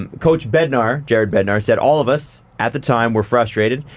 and coach bednar, jared bednar, said, all of us at the time were frustrated.